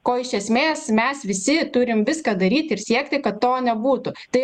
ko iš esmės mes visi turim viską daryti ir siekti kad to nebūtų tai